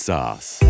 Sauce